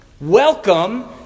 Welcome